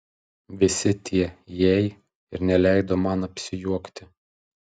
visi tie jei ir neleido man apsijuokti